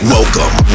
Welcome